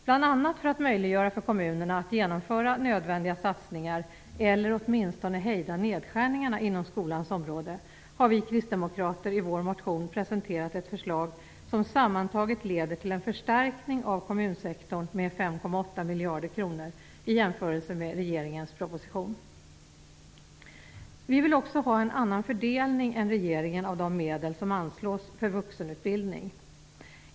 Bl.a. för att möjliggöra för kommunerna att genomföra nödvändiga satsningar eller åtminstone hejda nedskärningarna inom skolans område har vi kristdemokrater i vår motion presenterat ett förslag som sammantaget leder till en förstärkning av kommunsektorn med Vi vill också ha en annan fördelning än regeringen av de medel som anslås för vuxenutbildning.